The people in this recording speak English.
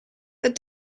that